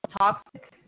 toxic